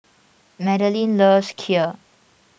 Madaline loves Kheer